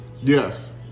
Yes